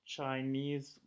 Chinese